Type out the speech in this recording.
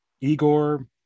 Igor